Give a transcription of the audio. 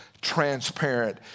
transparent